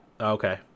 Okay